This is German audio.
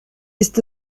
ist